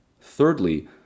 Thirdly